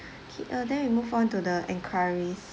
okay uh then we move on to the enquiries